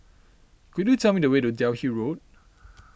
could you tell me the way to Delhi Road